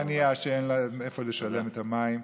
וענייה שאין לה מאיפה לשלם את המים.